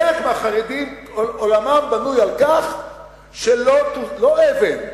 חלק מהחרדים עולמם בנוי על כך שלא אבן,